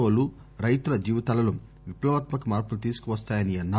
ఒ లు రైతుల జీవితాలలో విప్లవాత్మక మార్పులు తీసుకువస్తాయన్నా రు